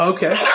Okay